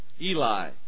Eli